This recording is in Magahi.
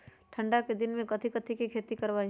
ठंडा के दिन में कथी कथी की खेती करवाई?